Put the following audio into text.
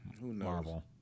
Marvel